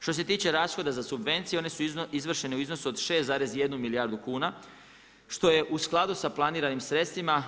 Što se tiče rashoda za subvencije one su izvršene u iznosu od 6,1 milijardu kuna što je u skladu sa planiram sredstvima.